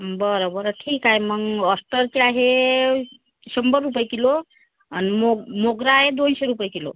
बरं बरं ठीक आहे मग ऑस्टरचे आहे शंभर रुपये किलो आणि मोग मोगरा आहे दोनशे रुपये किलो